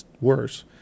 worse